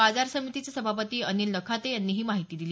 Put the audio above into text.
बाजार समितीचे सभापती अनिल नखाते यांनी ही माहिती दिली